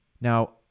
Now